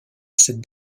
cette